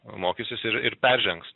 mokysis ir ir peržengs